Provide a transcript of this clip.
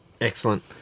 Excellent